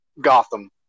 Gotham